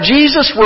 Jesus